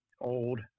old